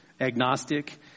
agnostic